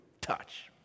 touch